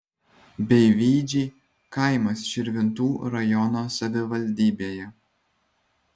beivydžiai kaimas širvintų rajono savivaldybėje